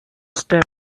step